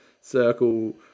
circle